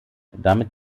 damit